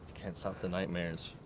can't stop the nightmares.